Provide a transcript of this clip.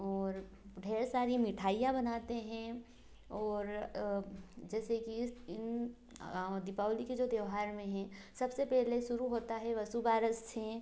और ढ़ेर सारी मिठाइयां बनाते हैं और जैसे कि इस इन दीपावली के जो त्योहार में हैं सबसे पहले शुरू होता है वसुबारस से